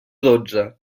dotze